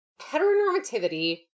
Heteronormativity